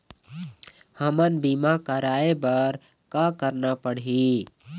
हमन बीमा कराये बर का करना पड़ही?